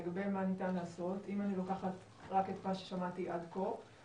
לגבי מה ניתן לעשות: אם אני לוקחת רק את מה ששמעתי עד כה,